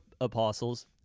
apostles